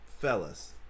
fellas